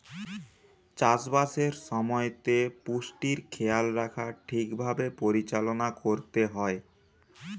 চাষ বাসের সময়তে পুষ্টির খেয়াল রাখা ঠিক ভাবে পরিচালনা করতে হয়